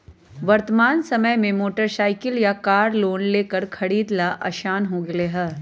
वर्तमान समय में मोटर साईकिल या कार लोन लेकर खरीदे ला आसान हो गयले है